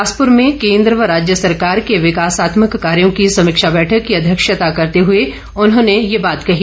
बिलासपुर में केन्द्र व राज्य सरकार के विकासात्मक कार्यों की समीक्षा बैठक की अध्यक्षता करते हुए उन्होंने ये बात कही